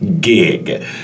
gig